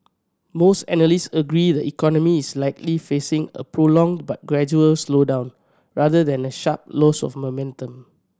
most analysts agree the economy is likely facing a prolonged but gradual slowdown rather than a sharp loss of momentum